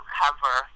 cover